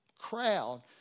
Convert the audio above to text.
crowd